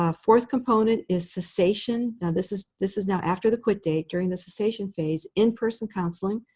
ah fourth component is cessation. now, this is this is now after the quit date, during the cessation phase, in-person counseling.